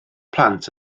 plant